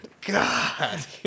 God